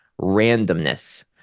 randomness